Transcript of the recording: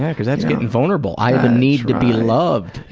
yeah cause that's getting vulnerable. i have a need to be loved.